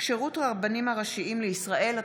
כשירות הרבנים הראשיים לישראל),